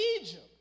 Egypt